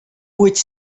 which